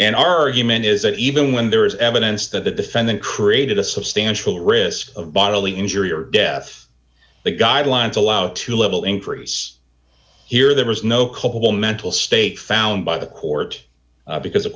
an argument is that even when there is evidence that the defendant created a substantial risk of bodily injury or death the guidelines allow to level increase here there was no culpable mental state found by the court because a